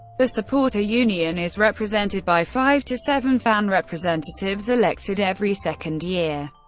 the supporter union is represented by five to seven fan representatives, elected every second year.